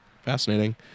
Fascinating